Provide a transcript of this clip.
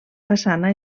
façana